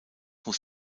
muss